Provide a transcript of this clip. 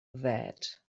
that